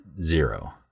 zero